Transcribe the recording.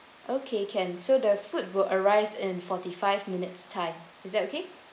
okay can so the food will arrive in forty-five minutes time is that okay